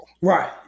Right